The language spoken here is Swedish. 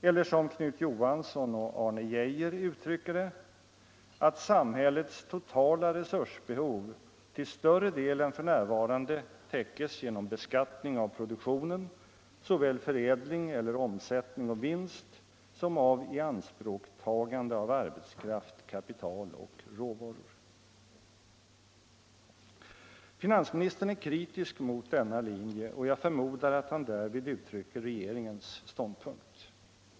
Eller som Knut Johansson och Arne Geijer uttrycker det, att ”samhällets totala resursbehov till större del än för närvarande täckes genom beskattning av produktionen, såväl förädling eller omsättning och vinst som av ianspråktagande av arbetskraft, kapital och råvaror”. Finansministern är kritisk mot denna linje och jag förmodar att han därvid uttrycker regeringens ståndpunkt.